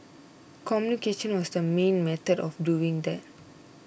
communication was the main method of doing that